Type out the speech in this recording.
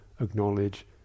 acknowledge